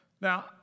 Now